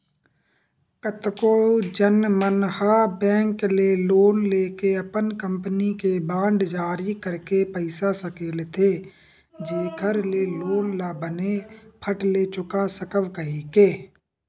कतको झन मन ह बेंक ले लोन लेके अपन कंपनी के बांड जारी करके पइसा सकेलथे जेखर ले लोन ल बने फट ले चुका सकव कहिके